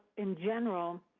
in general,